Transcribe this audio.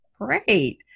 Great